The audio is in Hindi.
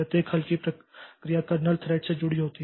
प्रत्येक हल्की प्रक्रिया कर्नेल थ्रेड से जुड़ी होती है